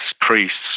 priests